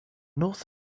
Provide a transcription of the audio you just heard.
north